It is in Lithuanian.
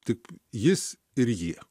taip jis ir jie